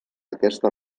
aquesta